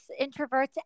introverts